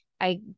I-